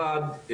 אחד,